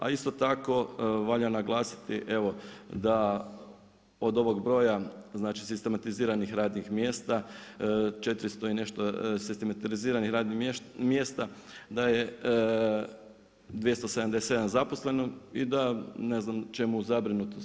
A isto tako valja naglasiti, evo da od ovog broja znači sistematiziranih radnih mjesta 400 i nešto sistematiziranih radnih mjesta, da je 277 zaposleno i da ne znam čemu zabrinutost.